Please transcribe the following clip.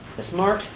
yes, mark?